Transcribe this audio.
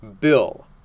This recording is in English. Bill